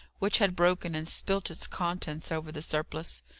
which had broken and spilt its contents over the surplice.